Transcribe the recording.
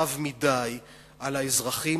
רב מדי על האזרחים.